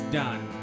done